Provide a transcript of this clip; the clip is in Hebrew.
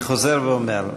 אני חוזר ואומר,